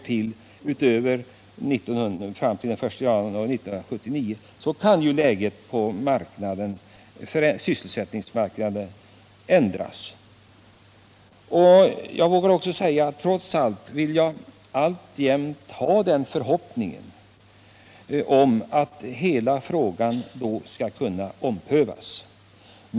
Trots allt har jag alltjämt den förhoppningen att hela frågan då skall kunna omprövas.